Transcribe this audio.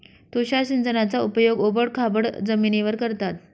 तुषार सिंचनाचा उपयोग ओबड खाबड जमिनीवर करतात